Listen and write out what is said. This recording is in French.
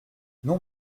non